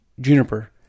juniper